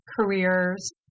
careers